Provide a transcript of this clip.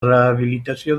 rehabilitació